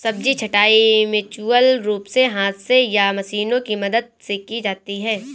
सब्जी छँटाई मैन्युअल रूप से हाथ से या मशीनों की मदद से की जाती है